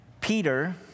Peter